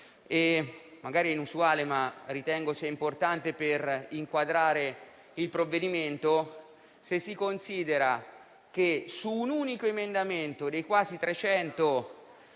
fatto inusuale, ma ritengo sia importante per inquadrare il provvedimento in esame, se si considera che, su un unico emendamento dei quasi 300